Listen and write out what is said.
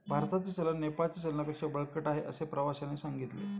भारताचे चलन नेपाळच्या चलनापेक्षा बळकट आहे, असे प्रवाश्याने सांगितले